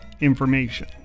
information